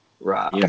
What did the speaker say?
Right